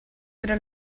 tra